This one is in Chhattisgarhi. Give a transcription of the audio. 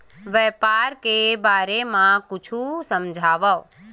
व्यापार के बारे म कुछु समझाव?